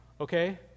okay